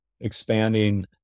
expanding